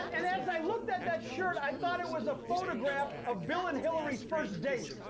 and as i looked at that shirt, i thought it was a photograph of bill and hillary's first date.